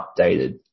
updated